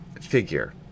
figure